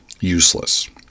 useless